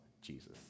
Jesus